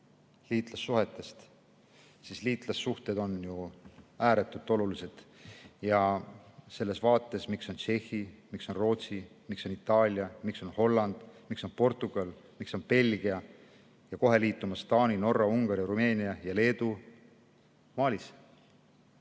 liitlassuhetest, siis liitlassuhted on ju ääretult olulised. Selles vaates: miks on Tšehhi, miks on Rootsi, miks on Itaalia, miks on Holland, miks on Portugal, miks on Belgia ja kohe Taani, Norra, Ungari, Rumeenia ja Leedu